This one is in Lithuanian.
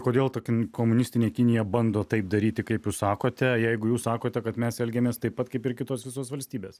kodėl ta komunistinė kinija bando taip daryti kaip jūs sakote jeigu jūs sakote kad mes elgiamės taip pat kaip ir kitos visos valstybės